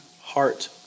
heart